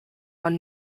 one